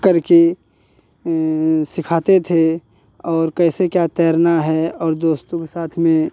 करके सिखाते थे और कैसे क्या तैरना है और दोस्तों के साथ में